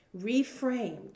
reframed